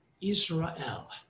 Israel